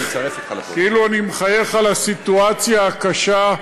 כאילו אני מחייך על הסיטואציה הקשה,